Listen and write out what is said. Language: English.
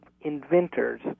inventors